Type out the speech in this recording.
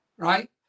right